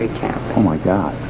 ah oh my god.